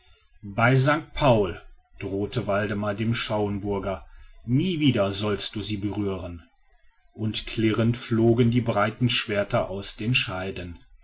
bei sankt paul drohte waldemar dem schauenburger nie wieder sollst du sie berühren und klirrend flogen die breiten schwerter aus den scheiden